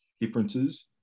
differences